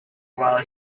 while